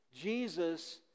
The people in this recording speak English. Jesus